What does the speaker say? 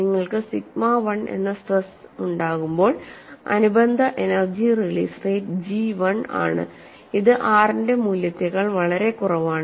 നിങ്ങൾക്ക് സിഗ്മ 1 എന്ന സ്ട്രെസ് ഉണ്ടാകുമ്പോൾ അനുബന്ധ എനർജി റിലീസ് റേറ്റ് G1 ആണ് ഇത് R ന്റെ മൂല്യത്തേക്കാൾ വളരെ കുറവാണ്